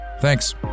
Thanks